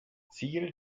ziel